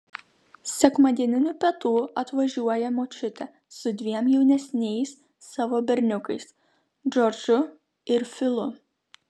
sekmadieninių pietų atvažiuoja močiutė su dviem jaunesniais savo berniukais džordžu ir filu